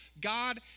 God